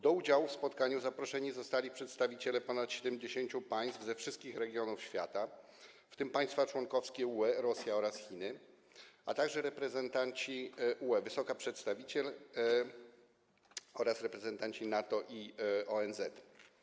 Do udziału w spotkaniu zaproszeni zostali przedstawiciele ponad 70 państw ze wszystkich regionów świata, w tym państw członkowskich UE, Rosji oraz Chin, a także reprezentanci UE, wysoka przedstawiciel oraz reprezentanci NATO i ONZ.